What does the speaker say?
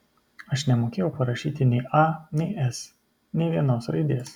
aš nemokėjau parašyti nei a nei s nė vienos raidės